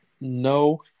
No